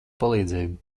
palīdzību